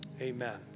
amen